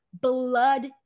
blood